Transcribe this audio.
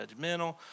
judgmental